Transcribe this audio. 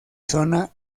zona